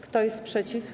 Kto jest przeciw?